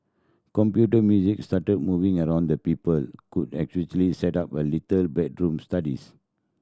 computer music started moving around the people could set up little bedroom studies